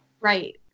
Right